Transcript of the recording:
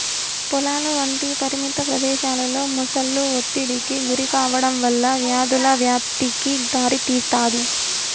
పొలాలు వంటి పరిమిత ప్రదేశాలలో మొసళ్ళు ఒత్తిడికి గురికావడం వల్ల వ్యాధుల వ్యాప్తికి దారితీస్తాది